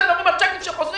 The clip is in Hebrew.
אתם מדברים על צ'קים שחוזרים?